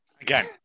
Again